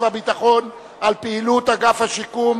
הוספת אפשרויות טיפולים